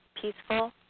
peaceful